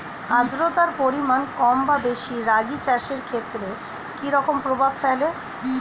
আদ্রতার পরিমাণ কম বা বেশি রাগী চাষের ক্ষেত্রে কি রকম প্রভাব ফেলে?